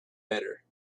better